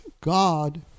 God